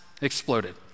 exploded